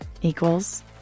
equals